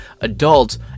adults